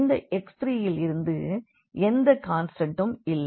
இந்த x3 இல் இருந்து எந்த கான்ஸ்டண்டும் இல்லை